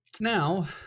Now